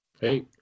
Hey